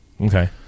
Okay